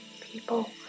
people